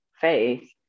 faith